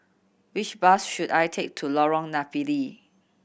which bus should I take to Lorong Napiri